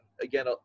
again